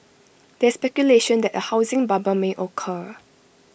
there is speculation that A housing bubble may occur